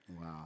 Wow